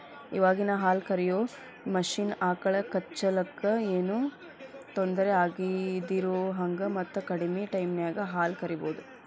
ಇವಾಗಿನ ಹಾಲ ಕರಿಯೋ ಮಷೇನ್ ಆಕಳ ಕೆಚ್ಚಲಕ್ಕ ಏನೋ ತೊಂದರೆ ಆಗದಿರೋಹಂಗ ಮತ್ತ ಕಡಿಮೆ ಟೈಮಿನ್ಯಾಗ ಹಾಲ್ ಕರಿಬಹುದು